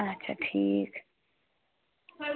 اَچھا ٹھیٖک